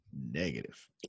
Negative